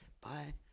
Bye